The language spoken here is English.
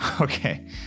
Okay